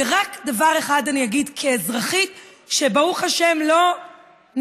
ורק דבר אחד אני אגיד: כאזרחית שברוך השם לא נעצרה,